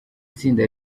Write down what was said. tsinda